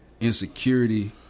insecurity